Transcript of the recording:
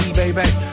baby